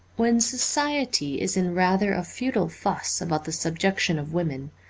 when society is in rather a futile fuss about the subjection of women,